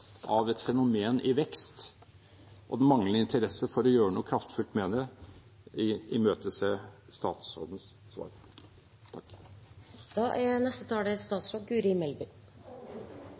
av et fenomen i vekst og den manglende interesse for å gjøre noe kraftfullt med det, imøtese statsrådens svar.